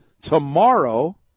tomorrow